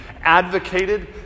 advocated